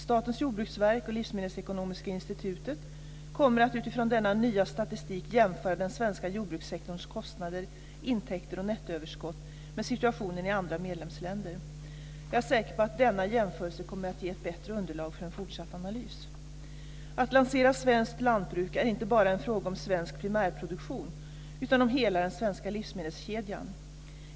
Statens jordbruksverk och Livsmedelsekonomiska institutet kommer att utifrån denna nya statistik jämföra den svenska jordbrukssektorns kostnader, intäkter och nettoöverskott med situationen i andra medlemsländer. Jag är säker på att denna jämförelse kommer att ge ett bättre underlag för en fortsatt analys. Att lansera svenskt lantbruk är inte bara en fråga om svensk primärproduktion, utan om hela den svenska livsmedelskedjan.